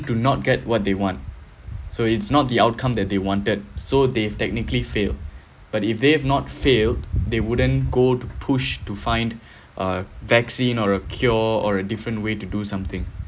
do not get what they want so it's not the outcome that they wanted so they have technically failed but if they have not failed they wouldn't go to push to find a vaccine or a cure or a different way to do something